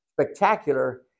spectacular